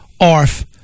ARF